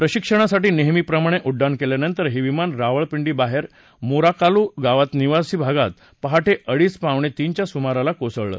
प्रशिक्षणासाठी नेहमीप्रमाणे उड्डाण केल्यानंतर हे विमान रावळपिंडीबाहेर मोराकालू गावात निवासी भागात पहाटे अडीच पावणे तीनच्या सुमाराला कोसळलं